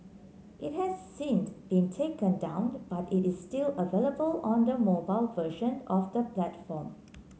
it has since been taken down but it is still available on the mobile version of the platform